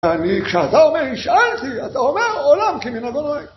אני כשאתה אומר השאלתי, אתה אומר עולם כמנהגו נוהג